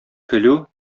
көлү